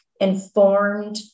informed